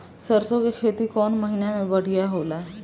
सरसों के खेती कौन महीना में बढ़िया होला?